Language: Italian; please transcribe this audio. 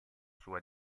sua